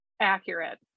accurate